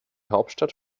hauptstadt